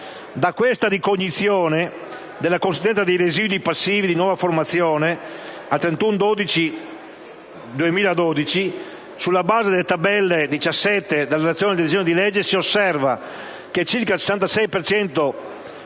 Dalla ricognizione della consistenza dei residui passivi di nuova formazione al 31 dicembre 2012, sulla base della tabella 17 della relazione al disegno di legge, si osserva che circa il 66